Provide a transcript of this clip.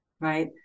right